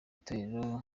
itorero